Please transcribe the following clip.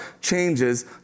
changes